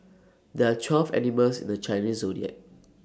there are twelve animals in the Chinese Zodiac